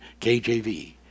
KJV